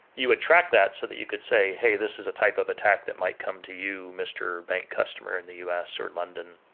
you would track that so that you could say, hey, this is a type of attack that might come to you mister bank customer in the us, or london.